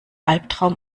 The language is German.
albtraum